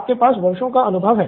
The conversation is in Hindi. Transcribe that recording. आपके पास वर्षों का अनुभव है